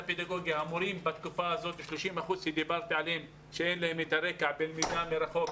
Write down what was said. המורים 30 אחוזים עליהם דברתי שאין להם את הרקע בלמידה מרחוק,